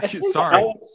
Sorry